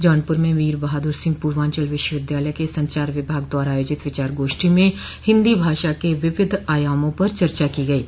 जौनपुर में वीर बहादुर सिंह पूर्वांचल विश्वविद्यालय के संचार विभाग द्वारा आयोजित विचार गोष्ठी में हिन्दी भाषा के विविध आयामों पर चर्चा की गयी